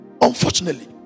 Unfortunately